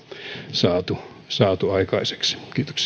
saatu saatu aikaiseksi